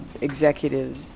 executive